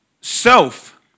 self